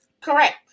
Correct